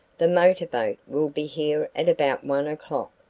the motorboat will be here at about one o'clock,